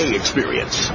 experience